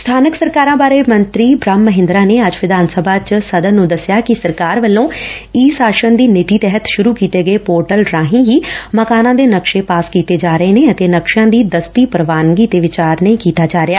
ਸਬਾਨਕ ਸਰਕਾਰਾਂ ਬਾਰੇ ਮੰਤਰੀ ਬ੍ਹਹਮ ਮਹਿੰਦਰਾ ਨੇ ਅੱਜ ਵਿਧਾਨ ਸਭਾ ਚ ਸਦਨ ਨੂੰ ਦਸਿਆ ਕਿ ਸਰਕਾਰ ਵੱਲੋ ਈ ਸ਼ਾਸਨ ਦੀ ਨੀਤੀ ਤਹਿਤ ਸੁਰੂ ਕੀਤੇ ਗਏ ਪੋਰਟਲ ਰਾਹੀਂ ਹੀ ਮਕਾਨਾਂ ਦੇ ਨਕਸ਼ੇ ਪਾਸ ਕੀਤੇ ਜਾ ਰਹੇ ਨੇ ਅਤੇ ਨਕਸ਼ਿਆਂ ਦੀ ਦਸਤੀ ਪ੍ਵਾਨਗੀ ਤੇ ਵਿਚਾਰ ਨਹੀ ਕੀਤਾ ਜਾ ਰਿਹਾ